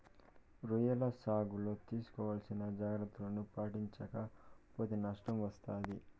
రొయ్యల సాగులో తీసుకోవాల్సిన జాగ్రత్తలను పాటించక పోతే నష్టం వస్తాది